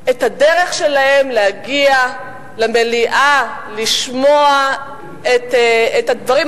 את הדרך שלהם להגיע למליאה, לשמוע את הדברים.